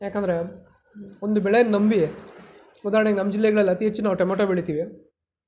ಏಕೆಂದರೆ ಒಂದು ಬೆಳೆಯನ್ನ ನಂಬಿ ಉದಾಹರಣೆಗೆ ನಮ್ಮ ಜಿಲ್ಲೆಯಲ್ಲಿ ಅತೀ ಹೆಚ್ಚು ನಾವು ಟೊಮೆಟೋ ಬೆಳೀತೀವಿ